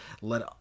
let